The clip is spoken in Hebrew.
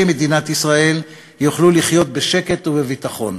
מדינת ישראל יוכלו לחיות בשקט ובביטחון.